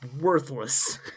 worthless